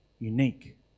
unique